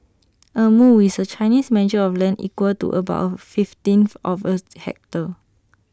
A mu is A Chinese measure of land equal to about A fifteenth of A hectare